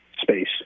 space